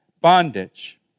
bondage